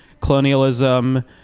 colonialism